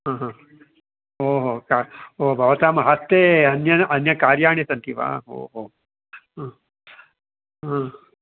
हा ह ओ हो का ओ भवतां हस्ते अन्यत् अन्यकार्याणि सन्ति वा ओ हो ह हा